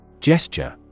Gesture